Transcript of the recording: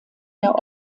der